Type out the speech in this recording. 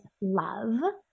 love